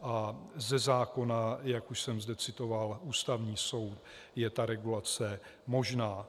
A ze zákona, jak už jsem zde citoval Ústavní soud, je regulace možná.